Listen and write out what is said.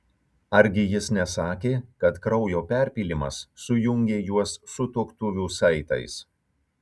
argi jis nesakė kad kraujo perpylimas sujungė juos sutuoktuvių saitais